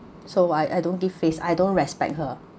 so I I don't give face I don't respect her